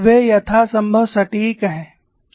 वे यथासंभव सटीक हैं